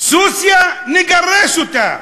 סוסיא, נגרש אותם.